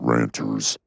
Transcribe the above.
Ranters